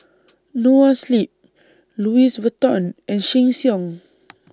Noa Sleep Louis Vuitton and Sheng Siong